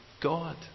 God